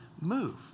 move